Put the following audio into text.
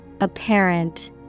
Apparent